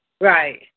Right